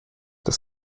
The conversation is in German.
das